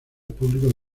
público